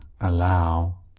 allow